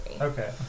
Okay